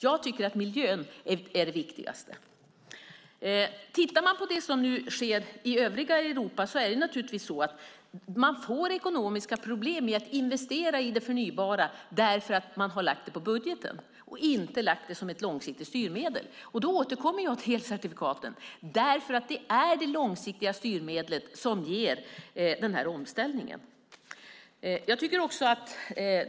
Jag tycker att miljön är det viktigaste. Tittar man på det som nu sker i övriga Europa får man naturligtvis ekonomiska problem när det gäller att investera i det förnybara därför att man har lagt detta på budgeten och inte lagt det som ett långsiktigt styrmedel. Då återkommer jag till elcertifikaten därför att de är de långsiktiga styrmedlen som ger denna omställning.